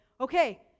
okay